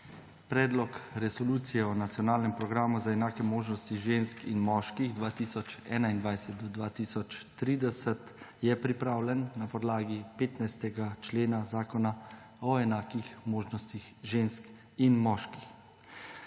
Predlog resolucije o nacionalnem programu za enake možnosti žensk in moških 2021 do 2030 je pripravljen na podlagi 15. člena Zakona o enakih možnostih žensk in moških.